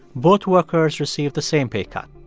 both workers received the same pay cut.